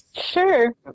Sure